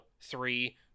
three